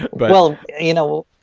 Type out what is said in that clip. but well, you know,